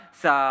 sa